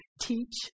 teach